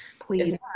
Please